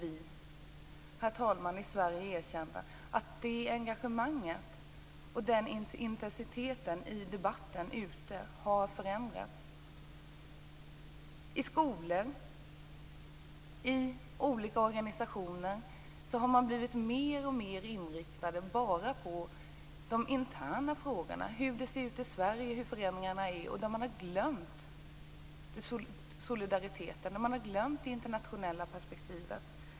Vi i Sverige måste erkänna att det engagemanget och den intensiteten i debatten har förändrats. I skolor och inom olika organisationer har man blivit mer och mer inriktad bara på de interna frågorna, hur det ser ut i Sverige och vad förändringarna innebär. Man glömmer solidariteten och det internationella perspektivet.